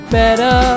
better